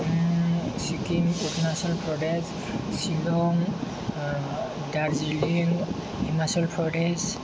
Sikkim Arunachal Pradesh Shillong Darjeeling Himachal Pradesh